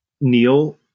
Neil